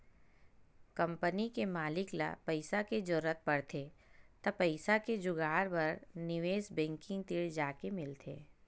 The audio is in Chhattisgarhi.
कंपनी के मालिक ल पइसा के जरूरत परथे त पइसा के जुगाड़ बर निवेस बेंकिग तीर जाके मिलथे